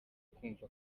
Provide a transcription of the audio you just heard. kumva